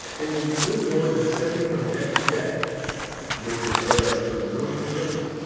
it will be little more than stepping from deck to deck which is but as from room to room.